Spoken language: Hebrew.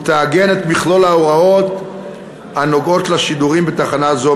ותעגן את מכלול ההוראות הנוגעות לשידורים בתחנה זו,